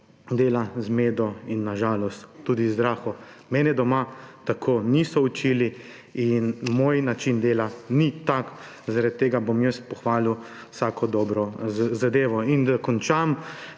dela zmedo in na žalost tudi zdraho. Mene doma tako niso učili in moj način dela ni tak, zaradi tega bom jaz pohvalil vsako dobro zadevo. Da končam.